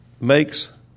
makes